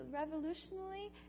revolutionally